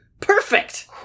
Perfect